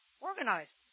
organized